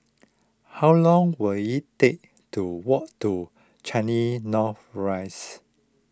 how long will it take to walk to Changi North Rise